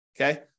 Okay